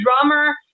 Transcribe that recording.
drummer